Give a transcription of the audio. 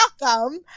welcome